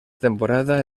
temporada